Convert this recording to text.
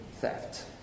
theft